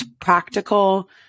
practical